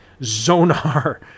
Zonar